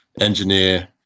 Engineer